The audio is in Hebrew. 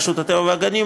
רשות הטבע והגנים,